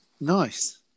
Nice